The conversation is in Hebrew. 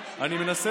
כמו שאתה לא היית.